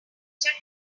check